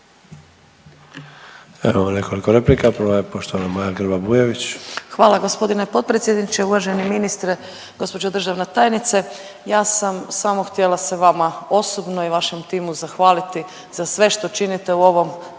imamo nekoliko replika, prva je poštovana Maja Grba-Bujević. **Grba-Bujević, Maja (HDZ)** Hvala g. potpredsjedniče. Uvaženi ministre, gđo. državna tajnice, ja sam samo htjela se vama osobno i vašem timu zahvaliti za sve što činite u ovom